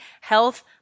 health